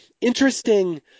interesting